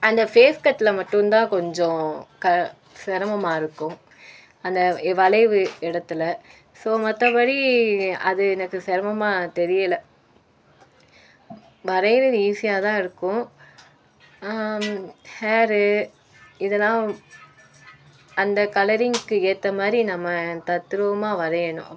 அந்த ஃபேஸ் கட்ல மட்டும் தான் கொஞ்சம் க சிரமமா இருக்கும் அந்த வளைவு இடத்துல ஸோ மற்றபடி அது எனக்கு சிரமமா தெரியலை வரைகிறது ஈஸியாக தான் இருக்கும் ஹேரு இதெலாம் அந்த கலரிங்க்கு ஏற்றமாரி நம்ம தத்ரூபமாக வரையணும்